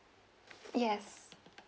yes